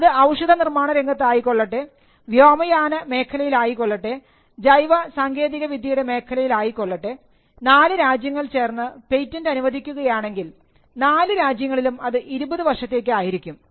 അത് ഔഷധ നിർമ്മാണ രംഗത്ത് ആയിക്കൊള്ളട്ടെ വ്യോമയാന മേഖലയിൽ ആയിക്കൊള്ളട്ടെ ജൈവ സാങ്കേതിക വിദ്യയുടെ മേഖലയിൽ ആയിക്കൊള്ളട്ടെ നാല് രാജ്യങ്ങൾ ചേർന്ന് പേറ്റന്റ് അനുവദിക്കുകയാണെങ്കിൽ നാല് രാജ്യങ്ങളിലും അത് 20 വർഷത്തേക്ക് ആയിരിക്കും